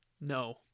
No